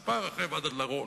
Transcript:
הבדלות.